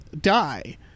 die